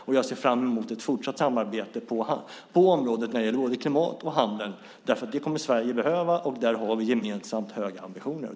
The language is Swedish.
Jag ser fram emot ett fortsatt samarbete på området när det gäller både klimat och handel. Det kommer Sverige att behöva, och där har vi gemensamt höga ambitioner.